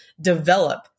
develop